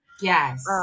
Yes